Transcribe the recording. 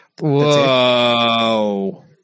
Whoa